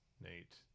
Nate